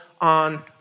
on